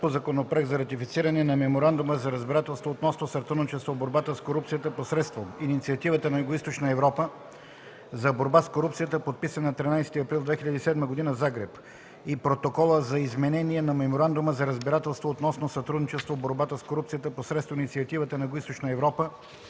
Законопроект за ратифициране на Меморандума за разбирателство относно сътрудничество в борбата с корупцията посредством Инициативата на Югоизточна Европа за борба с корупцията и на Протокола за изменение на Меморандума за разбирателство относно сътрудничество в борбата с корупцията посредством Инициативата на Югоизточна Европа